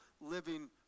living